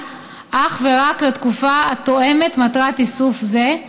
אך ורק לתקופה התואמת את מטרת איסוף זה,